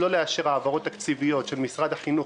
לא לאשר העברות תקציביות של משרד החינוך